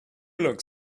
look